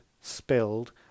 spilled